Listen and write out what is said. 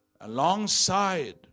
alongside